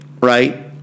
right